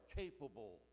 capable